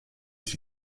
sich